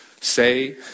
say